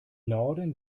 norden